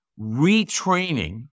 retraining